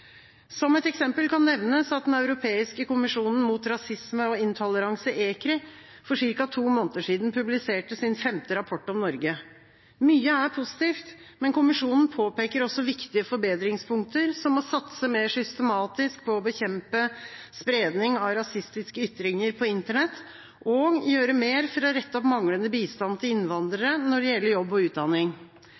Som et eksempel kan nevnes at Den europeiske kommisjonen mot rasisme og intoleranse, ECRI, for ca. to måneder siden publiserte sin femte rapport om Norge. Mye er positivt, men kommisjonen påpeker også viktige forbedringspunkter, som å satse mer systematisk på å bekjempe spredning av rasistiske ytringer på Internett og gjøre mer for å rette opp manglende bistand til innvandrere når det gjelder jobb og utdanning.